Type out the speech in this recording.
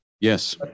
Yes